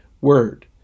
word